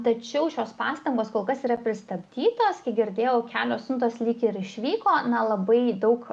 tačiau šios pastangos kol kas yra pristabdytos kiek girdėjau kelios siuntos lyg ir išvyko na labai daug